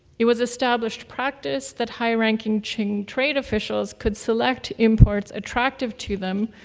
it was established practice that high-ranking qing trade officials could select imports attractive to them,